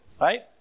Right